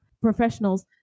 professionals